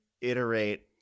iterate